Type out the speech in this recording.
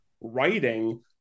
writing